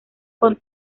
con